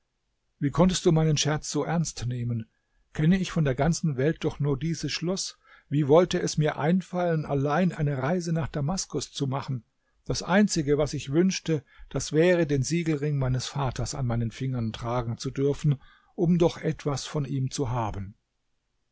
wie konntest du meinen scherz so ernst nehmen kenne ich von der ganzen welt doch nur dieses schloß wie wollte es mir einfallen allein eine reise nach damaskus zu machen das einzige was ich wünschte das wäre den siegelring meines vaters an meinen fingern tragen zu dürfen um doch etwas von ihm zu haben